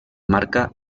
marca